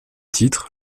titre